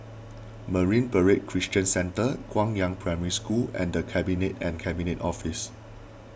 Marine Parade Christian Centre Guangyang Primary School and the Cabinet and Cabinet Office